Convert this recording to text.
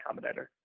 Combinator